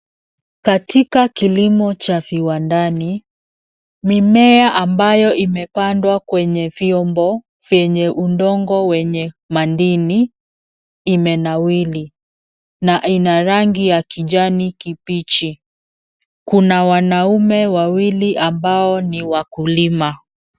Katika kilimo cha viwandani, mimea ambayo imepandwa kwenye vyombo vyenye udongo wenye mandini imenawiri na ina rangi ya kijani kibichi. Kuna wanaume wawili ambao ni wakulima.